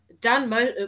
done